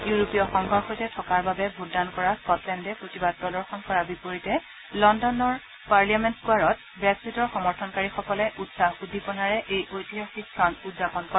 ইউৰোপীয় সংঘৰ সৈতে থকাৰ বাবে ভোটদান কৰা স্বটলেণ্ডে প্ৰতিবাদ প্ৰদৰ্শন কৰাৰ বিপৰীতে লণ্ডনৰ পাৰ্লিয়ামেণ্ট স্থোৱাৰত ব্ৰেকজিটৰ সমৰ্থনকাৰীসকলে উৎসাহ উদ্দীপনাৰে এই ঐতিহাসিক ক্ষণক উদযাপন কৰে